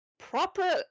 proper